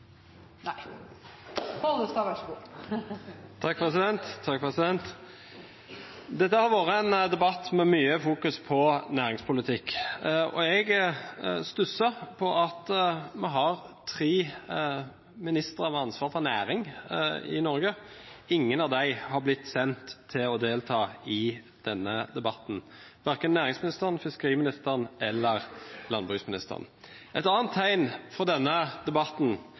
Dette har vært en debatt med mye fokus på næringspolitikk. Jeg stusser over at vi har tre ministre med ansvar for næring i Norge, og ingen av dem har blitt sendt for å delta i denne debatten, verken næringsministeren, fiskeriministeren eller landbruksministeren. Et annet tegn fra denne debatten